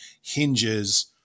hinges